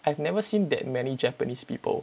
I have never seen that many japanese people